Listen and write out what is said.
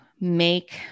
make